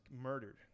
murdered